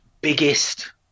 biggest